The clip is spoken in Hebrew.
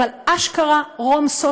אבל אשכרה רומסות,